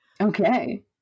okay